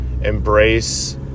embrace